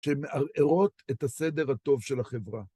שמערערות את הסדר הטוב של החברה.